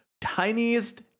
tiniest